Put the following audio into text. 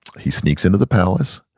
he sneaks into the palace,